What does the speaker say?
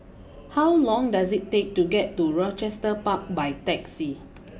how long does it take to get to Rochester Park by taxi